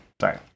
Sorry